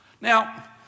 Now